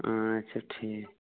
اَچھا ٹھیٖک